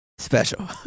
special